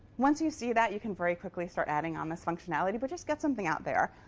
once you see that, you can very quickly start adding on this functionality. but just get something out there.